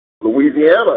Louisiana